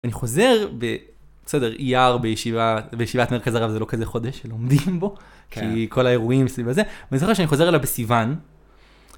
אני חוזר, בסדר, אייר בישיבת מרכז הרב זה לא כזה חודש שלומדים בו, כי כל האירועים סביב הזה, ואני זוכר שאני חוזר אליה בסיוון